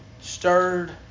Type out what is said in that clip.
stirred